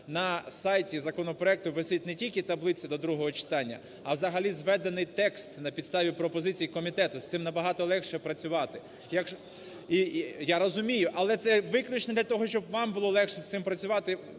на сайті законопроекту висить не тільки таблиця до другого читання, а взагалі зведений текст на підставі пропозицій комітету, з цим набагато легше працювати. (Шум у залі) Я розумію, але це виключно для того, щоб вам було легше із цим працювати,